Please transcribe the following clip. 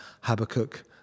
Habakkuk